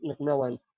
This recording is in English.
McMillan